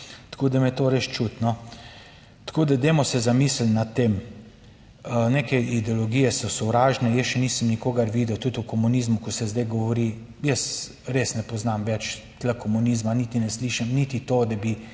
tako, da me to res čuti no. Tako da, dajmo se zamisliti nad tem. Neke ideologije so sovražne. Jaz še nisem nikogar videl tudi v komunizmu, ko se zdaj govori, jaz res ne poznam več tu komunizma, niti ne slišim, niti to, da bi